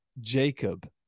Jacob